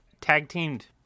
tag-teamed